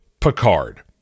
Picard